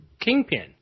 kingpin